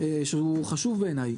שהוא חשוב בעיני,